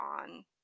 on